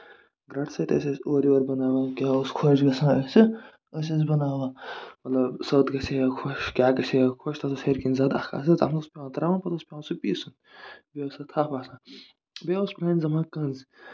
گراٹہٕ سۭتۍ ٲسۍ أسۍ اورٕ یور بَناوان کیاہ اوس خۄش گژھان اَسہِ أسۍ ٲسۍ بَناوان سوٹ گژھِ ہے خۄش کیاہ گژھِ ہے خۄش تَتھ اوس ہٮ۪رِ کِنۍ اکھ زَدٕ آسان تَتھ اوس پٮ۪وان تراوُن پوٚتُس اوس پوان سُہ پیٖسُن بیٚیہِ ٲسۍ سۄ تَپھ آسان بیٚیہِ اوس پرانہِ زَمانہٕ کَنز